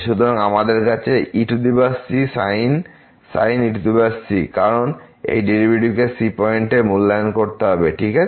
সুতরাং আমাদের কাছে আছে ec sin ec কারণ এই ডেরিভেটিভকে c পয়েন্ট এ মূল্যায়ন করতে হবে ঠিক আছে